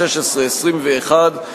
16 ו-21,